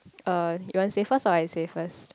uh you want say first or I say first